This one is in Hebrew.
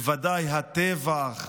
בוודאי הטבח.